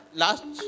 last